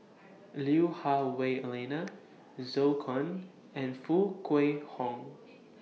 Lui Hah Wah Elena Zhou Can and Foo Kwee Horng